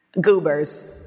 goobers